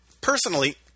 Personally